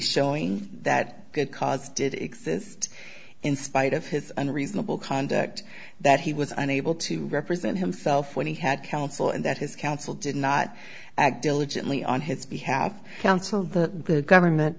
showing that good cause did exist in spite of his unreasonable conduct that he was unable to represent himself when he had counsel and that his counsel did not act diligently on his behalf counsel the government